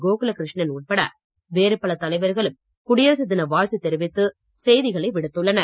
கோகுலகிருஷ்ணன் உட்பட வேறுபல தலைவர்களும் குடியரசு தின வாழ்த்து தெரிவித்து செய்திகளை விடுத்துள்ளனர்